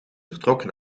vertrokken